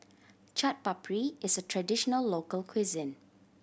Chaat Papri is a traditional local cuisine